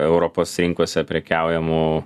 europos rinkose prekiaujamų